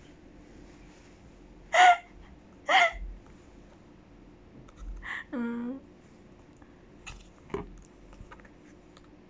mm